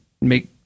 make